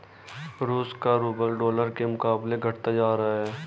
रूस का rouble dollar के मुकाबले घटता जा रहा है